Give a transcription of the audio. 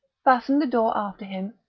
fastened the door after him,